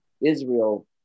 Israel